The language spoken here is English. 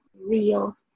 real